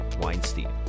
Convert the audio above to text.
Weinstein